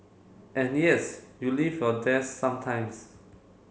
and yes you leave your desk sometimes